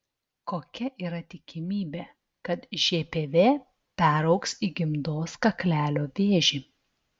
kokia yra tikimybė kad žpv peraugs į gimdos kaklelio vėžį